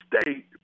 State